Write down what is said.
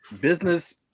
business